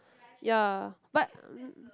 ya but um